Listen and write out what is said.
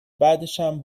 بعدشم